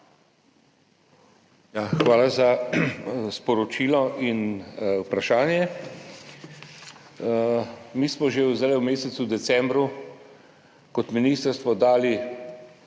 Hvala za sporočilo in vprašanje. Mi smo že zdajle, v mesecu decembru kot ministrstvo dali